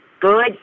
Good